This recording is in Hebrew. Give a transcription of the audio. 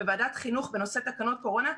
בוועדת החינוך בנושא תקנות קורונה,